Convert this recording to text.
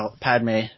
Padme